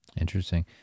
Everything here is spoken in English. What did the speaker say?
interesting